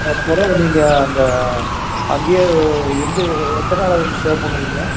ஆ பிறவு நீங்கள் அங்கே அங்கேயே இருந்து எத்தனை நாள் வரைக்கும் ஸ்டே பண்ணுவிங்க